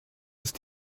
ist